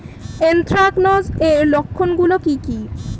Anthracnose এর লক্ষণ গুলো কি কি?